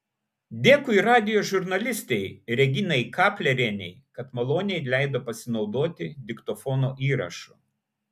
dėkui radijo žurnalistei reginai kaplerienei kad maloniai leido pasinaudoti diktofono įrašu